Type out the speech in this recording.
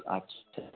अच्छा